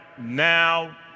now